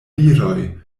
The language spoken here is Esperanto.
viroj